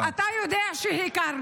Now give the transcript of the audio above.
אתה יודע שהכרנו.